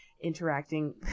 interacting